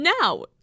now